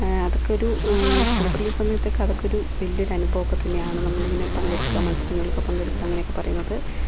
അതൊക്കെ ഒരു സ്കൂളിൽ പഠിക്കുന്ന സമയത്ത് ഒക്കെ അതൊക്കെ ഒരു വലിയൊരു അനുഭവം ഒക്കെ തന്നെ ആണ് നമ്മള് ഇങ്ങനെ പങ്കെടുക്കുക മത്സരങ്ങളിൽ ഒക്കെ പങ്കെടുക്കുക അങ്ങനെ ഒക്കെ പറയുന്നത്